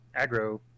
aggro